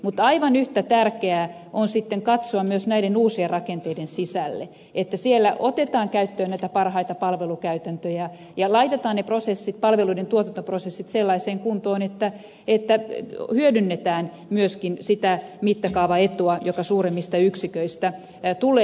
mutta aivan yhtä tärkeää on sitten katsoa myös näiden uusien rakenteiden sisälle että siellä otetaan käyttöön näitä parhaita palvelukäytäntöjä ja laitetaan ne palveluiden tuotantoprosessit sellaiseen kuntoon että hyödynnetään myöskin sitä mittakaavaetua joka suuremmista yksiköistä tulee